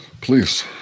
please